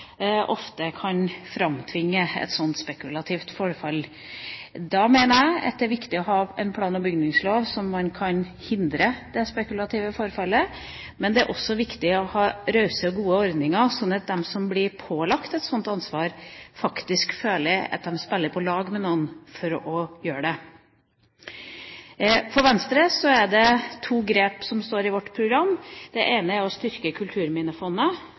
sånt spekulativt forfall. Jeg mener det er viktig å ha en plan- og bygningslov som kan hindre det spekulative forfallet, men det er også viktig å ha rause og gode ordninger, sånn at de som blir pålagt et sånt ansvar, faktisk føler at de spiller på lag med noen for å ta det. Venstre vil gjøre to grep, som det står i vårt program. Det ene er å styrke Kulturminnefondet,